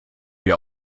wir